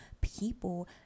people